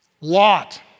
Lot